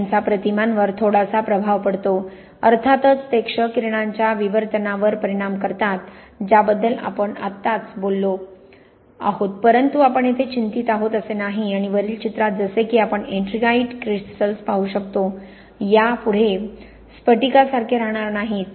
त्यांचा प्रतिमांवर थोडासा प्रभाव पडतो अर्थातच ते क्ष किरणांच्या विवर्तनावर परिणाम करतात ज्याबद्दल आपण आत्ताच बोललो आहोत परंतु आपण येथे चिंतित आहोत असे नाही आणि वरील चित्रात जसे की आपण एट्रिंगाइट क्रिस्टल्स पाहू शकतो त्या यापुढे स्फटिकासारखे राहणार नाहीत